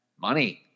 money